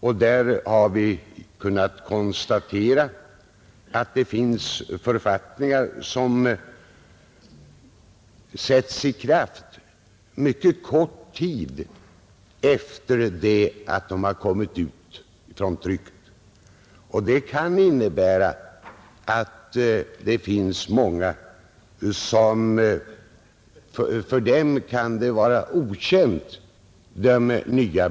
Därvid har vi kunnat konstatera att det finns författningar som sätts i kraft mycket kort tid efter det att de har kommit ut från trycket. Det kan innebära att de nya bestämmelserna är okända för många.